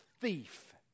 thief